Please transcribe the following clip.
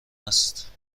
است